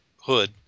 hood